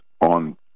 on